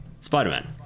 Spider-Man